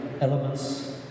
elements